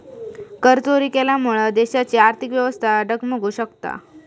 करचोरी केल्यामुळा देशाची आर्थिक व्यवस्था डगमगु शकता